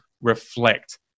reflect